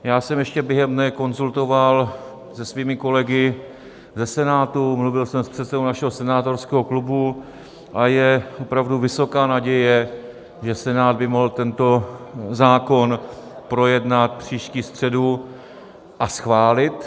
Já jsem ještě během dne konzultoval se svými kolegy ze Senátu, mluvil jsem s předsedou našeho senátorského klubu a je opravdu vysoká naděje, že Senát by mohl tento zákon projednat příští středu a schválit.